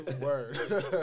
Word